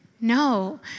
No